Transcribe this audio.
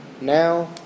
now